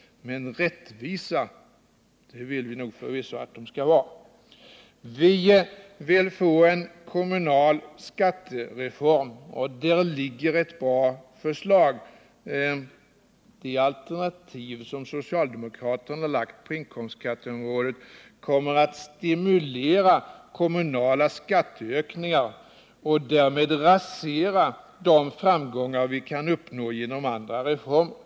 Men rättvisa vill vi förvisso att avdragen skall vara. Vi vill ha en kommunal skattereform, och på det området finns det ett bra förslag. Det alternativ som socialdemokraterna förordar på inkomstskatteområdet kommer att stimulera kommunala skatteökningar och därmed rasera de framgångar vi kan uppnå genom andra reformer.